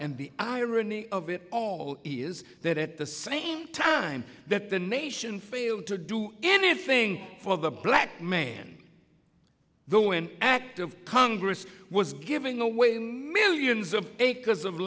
and the irony of it all is that at the same time that the nation failed to do anything for the black man though an act of congress was giving away millions of acres of